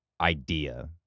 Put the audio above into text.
idea